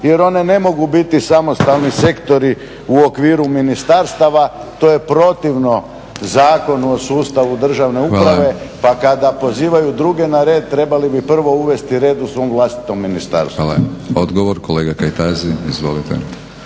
jer one ne mogu biti samostalni sektori u okviru ministarstava. To je protivno Zakonu o sustavu državne uprave, pa kada … …/Upadica Batinić: Hvala./… … pozivaju druge na red, trebali bi prvo uvesti red u svom vlastitom ministarstvu. **Batinić, Milorad (HNS)** Hvala. Odgovor, kolega Kajtazi. Izvolite.